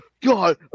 God